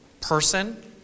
person